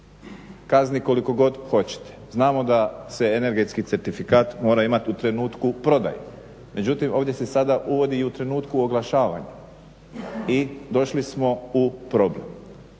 kazni koliko god hoćete, znamo da se energetski certifikat mora imat u trenutku prodaje. Međutim ovdje se sada uvodi i u trenutku oglašavanja i došli smo u problem.